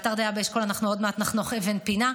באתר דיה באשכול אנחנו עוד מעט נחנוך אבן פינה.